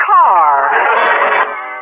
car